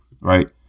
Right